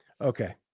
Okay